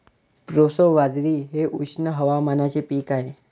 proso बाजरी हे उष्ण हवामानाचे पीक आहे